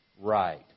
right